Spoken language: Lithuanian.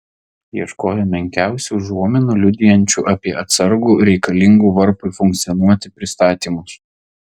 ieškojo menkiausių užuominų liudijančių apie atsargų reikalingų varpui funkcionuoti pristatymus